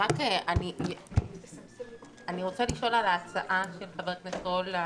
אני רוצה לשאול על ההצעה של חבר הכנסת רול.